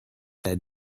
that